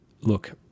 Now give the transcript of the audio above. look